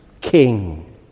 king